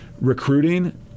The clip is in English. recruiting